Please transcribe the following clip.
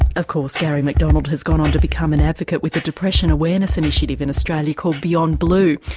of course garry mcdonald has gone on to become an advocate with the depression awareness initiative in australia called beyond blue.